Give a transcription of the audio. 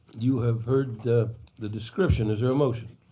you have heard the the description. is there a motion?